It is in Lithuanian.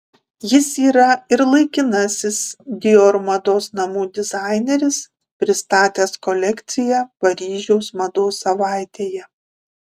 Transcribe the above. jis yra ir laikinasis dior mados namų dizaineris pristatęs kolekciją paryžiaus mados savaitėje